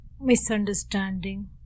misunderstanding